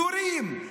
יורים".